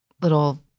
little